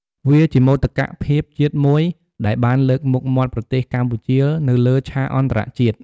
វាជាមោទកភាពជាតិមួយដែលបានលើកមុខមាត់ប្រទេសកម្ពុជានៅលើឆាកអន្តរជាតិ។